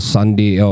Sunday